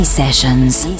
sessions